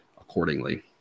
accordingly